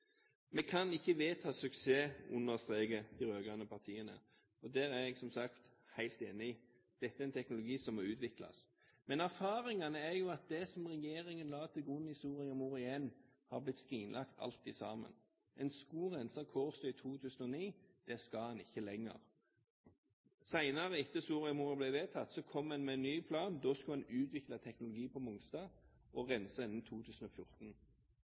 Vi kan ikke vedta suksess, understreker de rød-grønne partiene. Der er jeg som sagt helt enig. Dette er en teknologi som må utvikles. Men erfaringene viser at det som regjeringen la til grunn i Soria Moria I, har blitt skrinlagt – alt sammen. En skulle rense Kårstø i 2009. Det skal en ikke lenger. Senere – etter at Soria Moria ble vedtatt – kom en med en ny plan. Da skulle en utvikle en teknologi for rensing på Mongstad innen 2014.